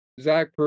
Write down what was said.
Zach